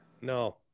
No